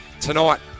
tonight